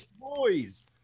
Boys